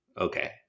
okay